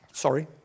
sorry